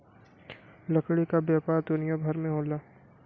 लकड़ी क व्यापार दुनिया भर में होला